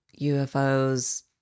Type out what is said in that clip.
UFOs